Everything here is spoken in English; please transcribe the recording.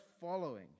following